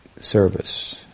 service